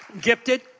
gifted